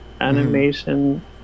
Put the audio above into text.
animation